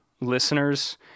listeners